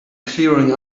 clearing